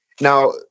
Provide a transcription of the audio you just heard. Now